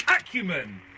Acumen